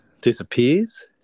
Disappears